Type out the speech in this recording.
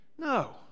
no